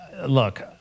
Look